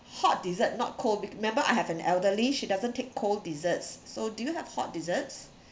hot dessert not cold bec~ remember I have an elderly she doesn't take cold desserts so do you have hot desserts